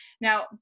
Now